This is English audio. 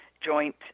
joint